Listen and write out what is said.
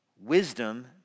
Wisdom